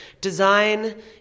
design